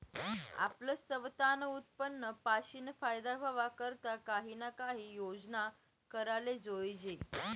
आपलं सवतानं उत्पन्न पाशीन फायदा व्हवा करता काही ना काही योजना कराले जोयजे